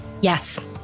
Yes